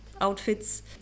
outfits